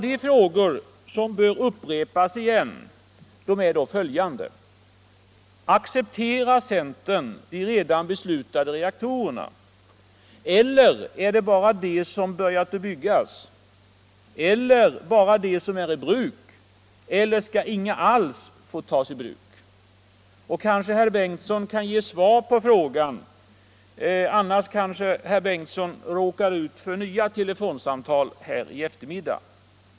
De frågor som bör upprepas är följande: Accepterar centern de redan beslutade reaktorerna? Eller accepterar man bara dem som har börjat byggas eller bara dem som är i bruk? Eller skall inga reaktorer alls få tas i bruk? Kanske herr Bengtson kan svara på de frågorna? Om han inte gör det råkar han måhända ut för nya telefonsamtal i eftermiddag.